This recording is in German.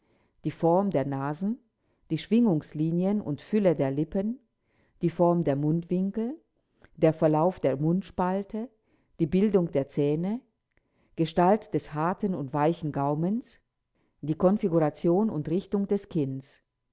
die form der nasen die schwingungslinien und fülle der lippen die form der mundwinkel der verlauf der mundspalte die bildung der zähne gestalt des harten ten und weichen gaumens die konfiguration und richtung des kinns